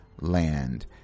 land